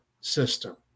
system